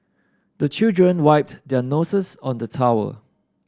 the children wiped their noses on the towel